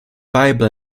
bible